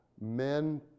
men